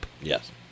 Yes